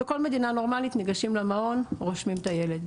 בכל מדינה נורמלית ניגשים למעון רושמים את הילד.